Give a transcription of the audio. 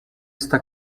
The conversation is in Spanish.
esta